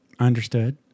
Understood